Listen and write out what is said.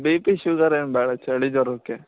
B P sugar ಏನೂ ಬೇಡ ಚಳಿ ಜ್ವರಕ್ಕೆ